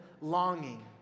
longing